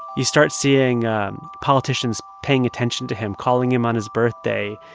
you start seeing politicians paying attention to him, calling him on his birthday,